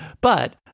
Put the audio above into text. But-